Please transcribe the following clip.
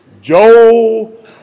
Joel